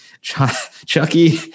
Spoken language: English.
Chucky